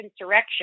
insurrection